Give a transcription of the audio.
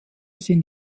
sind